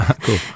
Cool